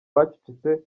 bacecetse